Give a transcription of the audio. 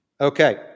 Okay